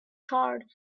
charred